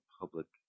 public